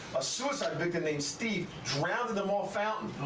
a suicide victim named steve drowned in the mall fountain,